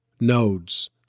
nodes